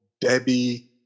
Debbie